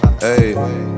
Hey